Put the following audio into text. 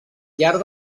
llarg